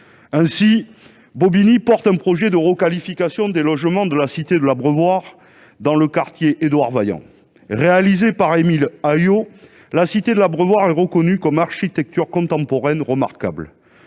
Ainsi, Bobigny porte un projet de requalification des logements de la cité de l'Abreuvoir, dans le quartier Édouard Vaillant. Réalisée par Émile Aillaud, la cité de l'Abreuvoir est reconnue « Architecture contemporaine remarquable